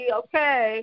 okay